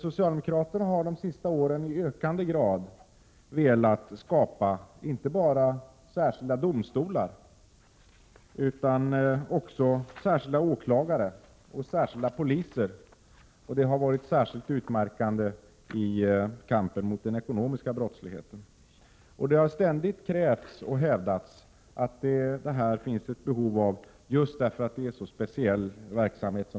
Socialdemokraterna har de senaste åren i ökande grad velat skapa inte bara särskilda domstolar utan också särskilda åklagare och särskilda poliser. Det har varit särskilt utmärkande i kampen mot den ekonomiska brottsligheten. Det har ständigt krävts och hävdats att det finns ett behov av det just därför att det handlar om så speciell verksamhet.